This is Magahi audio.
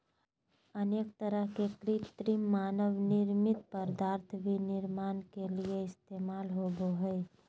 अनेक तरह के कृत्रिम मानव निर्मित पदार्थ भी निर्माण के लिये इस्तेमाल होबो हइ